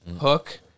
Hook